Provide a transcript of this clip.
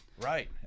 Right